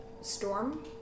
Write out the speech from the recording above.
Storm